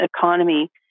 economy